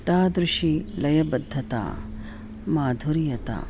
तादृशी लयबद्धता माधुर्यं